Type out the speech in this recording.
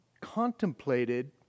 contemplated